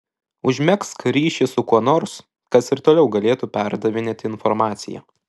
užmegzk ryšį su kuo nors kas ir toliau galėtų perdavinėti informaciją